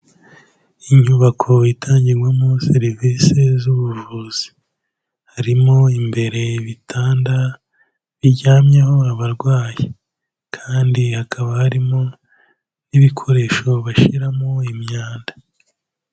Inyubako itangirwamo serivisi z'ubuvuzi. Harimo imbere ibitanda biryamyeho abarwayi kandi hakaba harimo n'ibikoresho bashyiramo imyanda.